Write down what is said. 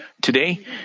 Today